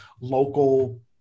local